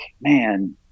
man